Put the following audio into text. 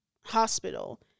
hospital